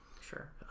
sure